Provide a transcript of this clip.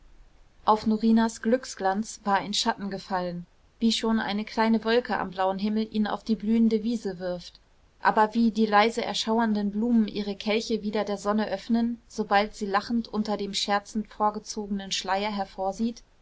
auf norinas glücksglanz war ein schatten gefallen wie schon eine kleine wolke am blauen himmel ihn auf die blühende wiese wirft aber wie die leise erschauernden blumen ihre kelche wieder der sonne öffnen sobald sie lachend unter dem scherzend vorgezogenen schleier hervorsieht